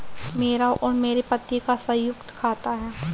मेरा और मेरे पति का संयुक्त खाता है